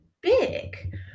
big